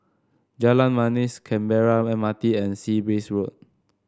Jalan Manis Canberra M R T and Sea Breeze Road